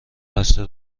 بسته